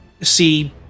see